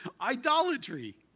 Idolatry